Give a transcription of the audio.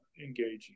engaging